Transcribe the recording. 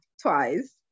Twice